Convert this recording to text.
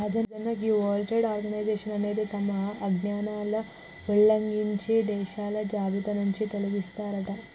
రాజన్న గీ World Trade Organisation అనేది తమ ఆజ్ఞలను ఉల్లంఘించే దేశాల జాబితా నుంచి తొలగిస్తారట